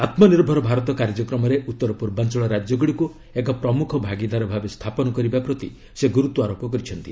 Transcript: ଆତ୍ମନିର୍ଭର ଭାରତ କାର୍ଯ୍ୟକ୍ରମରେ ଉତ୍ତରପୂର୍ବାଞ୍ଚଳ ରାକ୍ୟଗୁଡ଼ିକୁ ଏକ ପ୍ରମୁଖ ଭାଗିଦାର ଭାବେ ସ୍ଥାପନ କରିବା ପ୍ରତି ସେ ଗୁରୁତ୍ୱାରୋପ କରିଛନ୍ତି